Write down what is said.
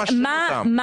שגית, יש לי שאלה.